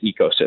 ecosystem